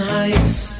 Heights